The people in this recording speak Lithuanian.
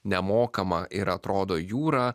nemokamą ir atrodo jūra